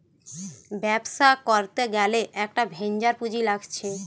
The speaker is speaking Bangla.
ব্যবসা করতে গ্যালে একটা ভেঞ্চার পুঁজি লাগছে